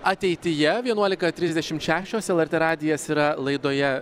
ateityje vienuolika trisdešimt šešios lrt radijas yra laidoje